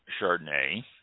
Chardonnay